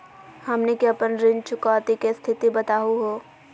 हमनी के अपन ऋण चुकौती के स्थिति बताहु हो?